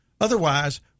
otherwise